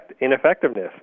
ineffectiveness